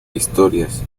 historias